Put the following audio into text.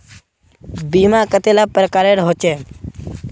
बीमा कतेला प्रकारेर होचे?